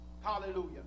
Hallelujah